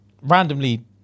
randomly